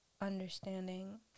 understanding